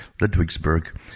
Ludwigsburg